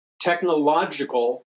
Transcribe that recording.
technological